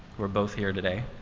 who are both here today,